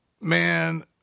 Man